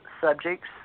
subjects